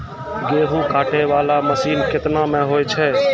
गेहूँ काटै वाला मसीन केतना मे होय छै?